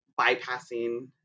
bypassing